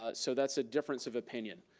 ah so that's a difference of opinion.